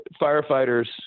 firefighters